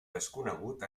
desconegut